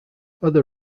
other